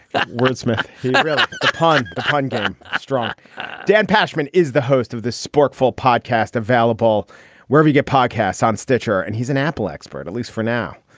that wordsmith upon the hunger strike dan pashman is the host of the sporkful podcast available where we get podcasts on stitcher. and he's an apple expert, at least for now.